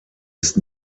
ist